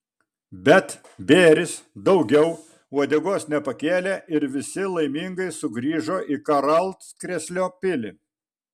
bet bėris daugiau uodegos nepakėlė ir visi laimingai sugrįžo į karalkrėslio pilį